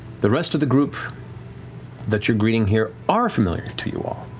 the rest of the group that you're greeting here are familiar to you all.